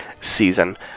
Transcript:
season